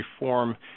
reform